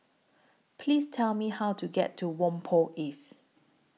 Please Tell Me How to get to Whampoa East